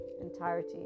entirety